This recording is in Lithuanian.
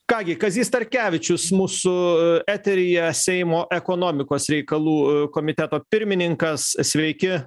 ką gi kazys starkevičius mūsų eteryje seimo ekonomikos reikalų komiteto pirmininkas sveiki